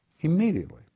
Immediately